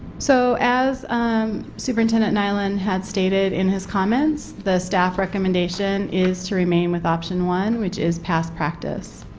so as superintendent nyland had stated in his comments the staff recommendation is to remain with option one which is past practice.